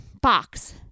box